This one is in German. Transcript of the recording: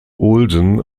olsen